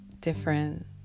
different